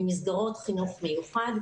ממסגרות חינוך מיוחד,